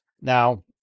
Now